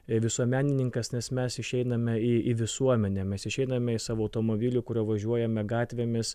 visuomenininkas nes mes išeiname į į visuomenę mes išeiname į savo automobilį kuriuo važiuojame gatvėmis